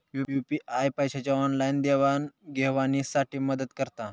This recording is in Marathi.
यू.पी.आय पैशाच्या ऑनलाईन देवाणघेवाणी साठी मदत करता